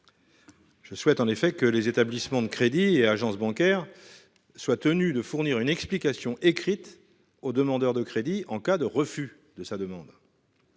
Je souhaite en effet que les établissements de crédit et agences bancaires. Soient tenus de fournir une explication écrite aux demandeurs de crédit en cas de refus de sa demande.